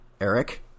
Eric